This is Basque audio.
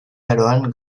aroan